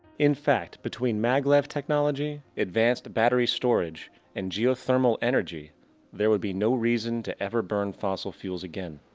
in fact, between mag-lev technology, advanced battery storage and geothermal energy there will be no reason to ever burn fossil fuels again.